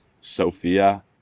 Sophia